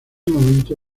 momento